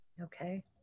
Okay